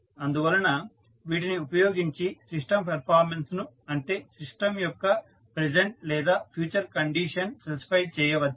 అందువలన వీటిని ఉపయోగించి సిస్టం పెర్ఫార్మెన్స్ ను అంటే సిస్టం యొక్క ప్రెజంట్ లేదా ఫ్యూచర్ కండిషన్ స్పెసిఫై చేయవచ్చు